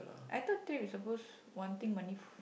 I thought is suppose one thing money